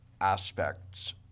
aspects